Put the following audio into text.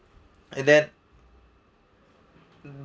and then